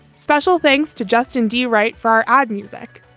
special thanks to justin d right for our ad music.